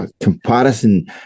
comparison